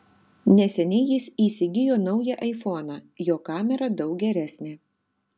neseniai jis įsigijo naują aifoną jo kamera daug geresnė